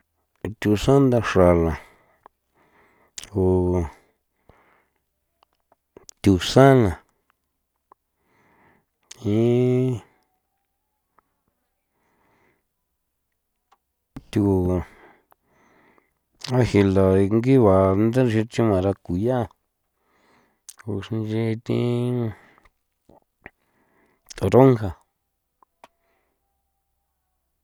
Thuxan nda xrala ju tusana y thu a jila ngigua ndaxin nchi marakuya uxinchi thin toronja.